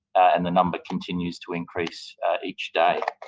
and the number continues to increase each day.